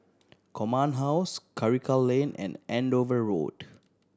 Command House Karikal Lane and Andover Road